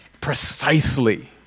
precisely